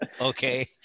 okay